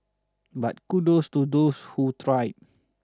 but kudos to those who tried